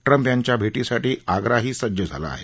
Trump यांच्या या भेटीसाठी आग्राही सज्ज झालं आहे